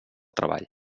treball